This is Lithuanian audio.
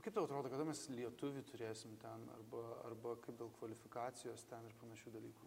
kaip tau atrodo kada mes lietuvį turėsim ten arba arba kaip dėl kvalifikacijos ten ir panašių dalykų